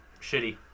shitty